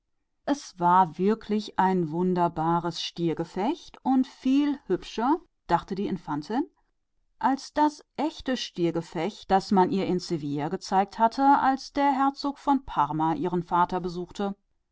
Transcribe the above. es war wirklich ein wundervoller stierkampf und die infantin meinte er wäre viel schöner als der wirkliche stierkampf in den man sie zu sevilla geführt hatte als der herzog von parma ihren vater besuchte